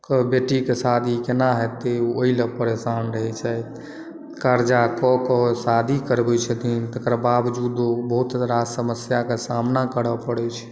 कऽ बेटी के शादी केना हेतै ओ ओहि लेल परेशान रहै छथि कर्जा कऽ कऽ शादी करबै छथिन तकर बबजूदो बहुत तरहक समस्या के सामना करय परै छै